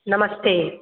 नमस्ते